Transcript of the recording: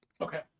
Okay